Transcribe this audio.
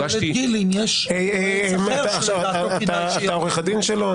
הוא שואל את גילי אם יש יועץ אחר ש --- אתה עורך הדין שלו?